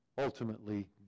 ultimately